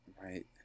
Right